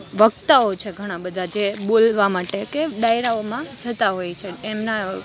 વક્તાઓ છે ઘણાં બધાં જે બોલવા માટે કે ડાયરાઓમાં જતાં હોય છે એમનાં